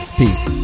peace